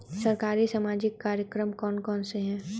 सरकारी सामाजिक कार्यक्रम कौन कौन से हैं?